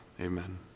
amen